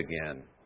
again